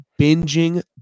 binging